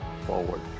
forward